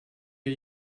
wir